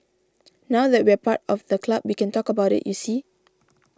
now that we're part of the club we can talk about it you see